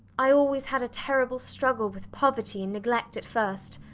i always had a terrible struggle with poverty and neglect at first.